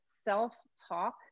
self-talk